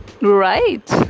right